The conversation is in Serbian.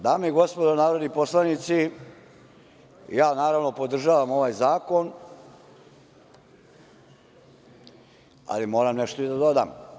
Dame i gospodo narodni poslanici, naravno, podržavam ovaj zakon, ali moram nešto i da dodam.